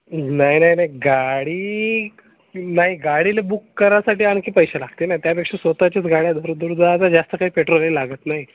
नाही नाही नाही गाडी नाही गाडीला बुक करासाठी आणखी पैसे लागते ना त्यापेक्षा स्वतःचेच गाड्या जास्त काही पेट्रोलही लागत नाही